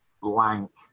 blank